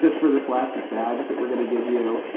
but for the plastic bags that we're gonna give you.